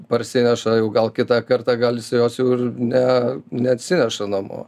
parsineša jau gal kitą kartą gal jis jos jau ir ne neatsineša namo